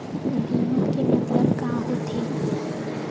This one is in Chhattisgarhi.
बीमा के मतलब का होथे?